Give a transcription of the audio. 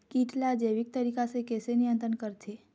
कीट ला जैविक तरीका से कैसे नियंत्रण करथे?